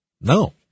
No